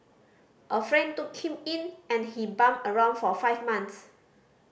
a friend took him in and he bummed around for five months